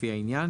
לפי העניין,